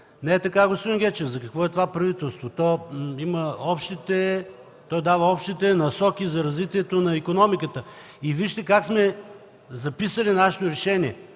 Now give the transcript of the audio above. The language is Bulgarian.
Не е така, господин Гечев! За какво е това правителство?! То дава общите насоки за развитието на икономиката. Вижте как сме записали нашето решение.